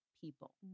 people